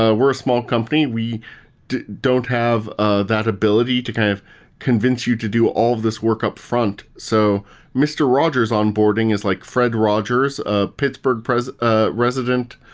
ah we're a small company. we don't have ah that ability to kind of convince you to do all of this work upfront. so mr. rogers onboarding is like fred rogers, a pittsburgh ah resident,